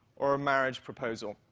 or a marriage proposal.